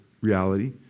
reality